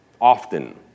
often